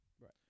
Right